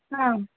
आम्